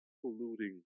polluting